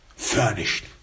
furnished